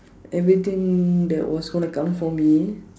everything that was gonna come for me